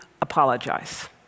apologize